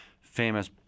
famous